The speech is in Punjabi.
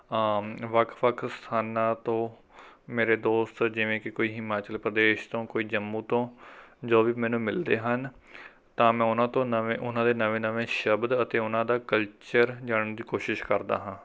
ਵੱਖ ਵੱਖ ਸਥਾਨਾਂ ਤੋਂ ਮੇਰੇ ਦੋਸਤ ਜਿਵੇਂ ਕਿ ਕੋਈ ਹਿਮਾਚਲ ਪ੍ਰਦੇਸ਼ ਤੋ ਕੋਈ ਜੰਮੂ ਤੋਂ ਜੋ ਵੀ ਮੈਨੂੰ ਮਿਲਦੇ ਹਨ ਤਾਂ ਮੈਂ ਉਹਨਾਂ ਤੋਂ ਨਵੇਂ ਉਨ੍ਹਾਂ ਦੇ ਨਵੇਂ ਨਵੇਂ ਸ਼ਬਦ ਅਤੇ ਉਹਨਾਂ ਦਾ ਕਲਚਰ ਜਾਣਨ ਦੀ ਕੋਸ਼ਿਸ਼ ਕਰਦਾ ਹਾਂ